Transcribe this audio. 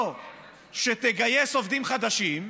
או שתגייס עובדים חדשים,